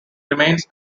remains